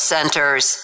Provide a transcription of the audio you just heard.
Centers